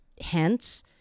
hence